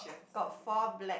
got four black